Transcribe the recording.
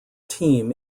team